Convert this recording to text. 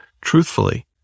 truthfully